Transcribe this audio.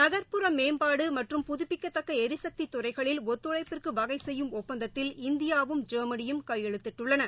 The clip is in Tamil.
நகர்ப்புற மேம்பாடு மற்றும் புதபிக்கத்தக்க எரிசக்தித் துறைகளில் ஒத்துழைப்பிற்கு வகை செய்யும் ஒப்பந்தத்தில் இந்தியாவும் ஜெர்மனியும் கையெழுத்திட்டுள்ளன